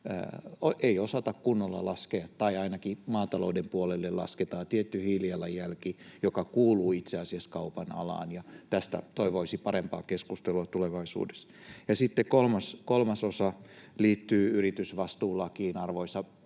ei osata kunnolla laskea — tai ainakin maatalouden puolelle lasketaan tietty hiilijalanjälki, joka kuuluu itse asiassa kaupan alaan, ja tästä toivoisin parempaa keskustelua tulevaisuudessa. Kolmas osa liittyy yritysvastuulakiin, arvoisa ministeri.